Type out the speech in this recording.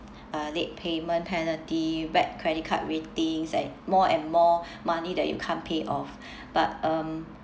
uh late payment penalty bad credit card ratings like more and more money that you can't pay off but um